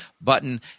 button